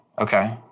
Okay